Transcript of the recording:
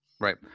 Right